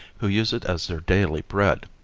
who use it as their daily bread.